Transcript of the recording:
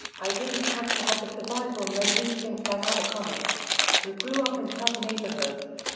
i didn't have to have the survival mode instinct like other comics, who grew up in tough neighborhoods.